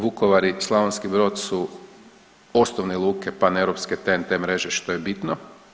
Vukovar i Slavonski Brod su osnovne luke, paneuropske TEN-T mreže što je bitno.